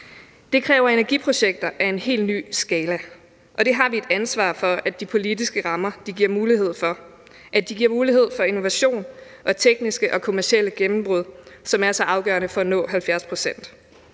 Det kræver energiprojekter af en helt ny skala, og det har vi et ansvar for at de politiske rammer giver mulighed for; at de giver mulighed for innovation og tekniske og kommercielle gennembrud, som er så afgørende for at nå 70 pct.